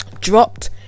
dropped